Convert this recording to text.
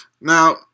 Now